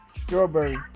Strawberry